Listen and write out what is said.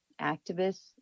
Activists